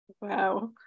Wow